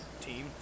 team